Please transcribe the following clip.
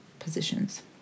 positions